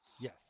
Yes